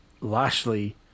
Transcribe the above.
Lashley